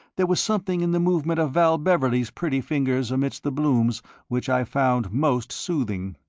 there was something in the movement of val beverley's pretty fingers amidst the blooms which i found most soothing.